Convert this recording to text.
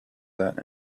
that